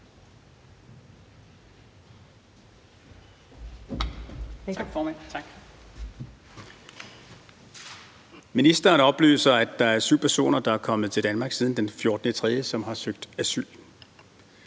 Ministeren oplyser, at syv personer er kommet til Danmark siden den 14. marts og har søgt asyl.